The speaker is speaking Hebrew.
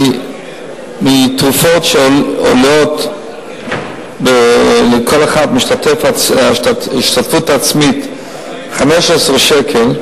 תרופות שעולות לכל אחד בהשתתפות עצמית 15 שקל,